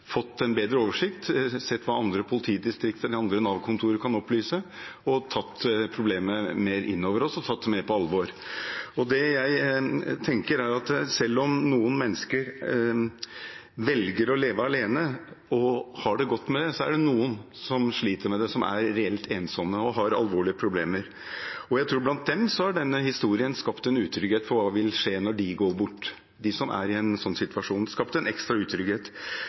en bedre oversikt, fikk sett hva andre politidistrikter eller andre Nav-kontorer kan opplyse, og tatt problemet mer inn over oss og mer på alvor. Det jeg tenker, er at selv om noen mennesker velger å leve alene og har det godt med det, er det noen som sliter, som er reelt ensomme og har alvorlige problemer. Jeg tror at blant dem som er i en slik situasjon, har denne historien skapt en utrygghet for hva som vil skje når de går bort.